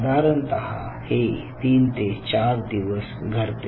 साधारणतः हे तीन ते चार दिवस घडते